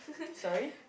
sorry